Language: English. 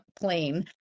plane